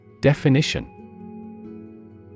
Definition